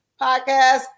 Podcast